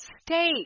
state